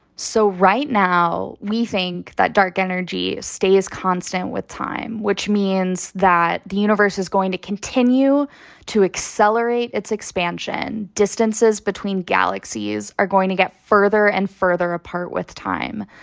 so right now, we think that dark energy stays constant with time, which means that the universe is going to continue to accelerate its expansion. distances between galaxies are going to get further and further apart with time.